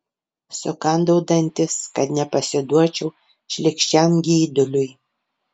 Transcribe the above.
sukandau dantis kad nepasiduočiau šlykščiam geiduliui